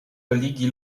religii